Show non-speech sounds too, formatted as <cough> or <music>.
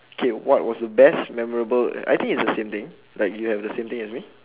K what was the best memorable <noise> I think it's the same thing like you have the same thing as me